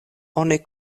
oni